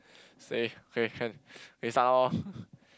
say K can K start loh